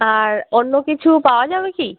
আর অন্য কিছু পাওয়া যাবে কি